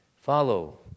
Follow